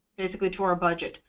basically, to our budget.